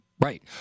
Right